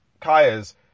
Kaya's